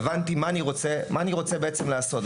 הבנתי מה אני רוצה לעשות,